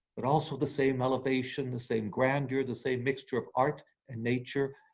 but also the same elevation, the same grandeur, the same mixture of art and nature,